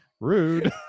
Rude